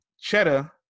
Cheddar